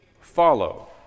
follow